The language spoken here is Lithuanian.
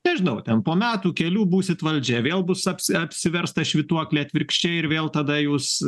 nežinau ten po metų kelių būsit valdžia vėl bus apsi apsivers ta švytuoklė atvirkščiai ir vėl tada jūs